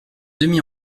demi